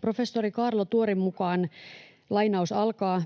professori Kaarlo Tuorin mukaan